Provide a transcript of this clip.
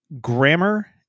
grammar